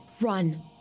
run